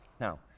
Now